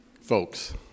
folks